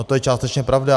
To je částečně pravda.